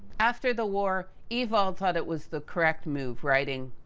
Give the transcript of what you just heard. after the war, ewald thought it was the correct move writing,